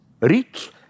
rich